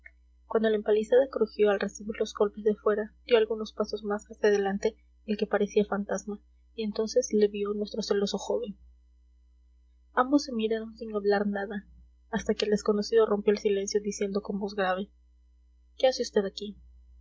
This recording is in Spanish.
cuando la empalizada crujió al recibir los golpes de fuera dio algunos pasos más hacia adelante el que parecía fantasma y entonces le vio nuestro celoso joven ambos se miraron sin hablar nada hasta que el desconocido rompió el silencio diciendo con voz grave qué hace vd aquí